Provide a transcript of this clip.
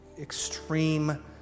extreme